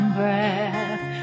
breath